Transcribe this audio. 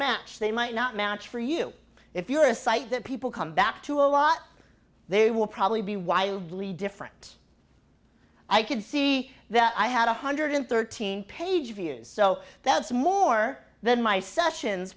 match they might not match for you if you are a site that people come back to a lot they will probably be wildly different i could see that i had one hundred thirteen page views so that's more than my sessions